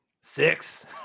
Six